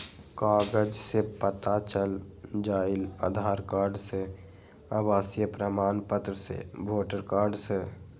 कागज से पता चल जाहई, आधार कार्ड से, आवासीय प्रमाण पत्र से, वोटर कार्ड से?